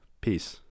peace